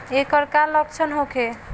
ऐकर का लक्षण होखे?